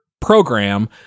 program